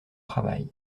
travail